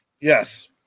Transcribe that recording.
Yes